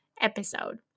episode